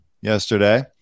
yesterday